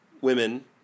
women